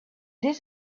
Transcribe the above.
this